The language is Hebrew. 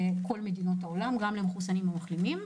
אנחנו מבקשים להרחיב אותה לכל מדינות העולם וגם למחוסנים ולמחלימים,